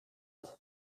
suit